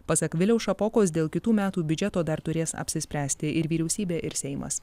pasak viliaus šapokos dėl kitų metų biudžeto dar turės apsispręsti ir vyriausybė ir seimas